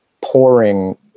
pouring